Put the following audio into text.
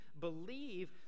believe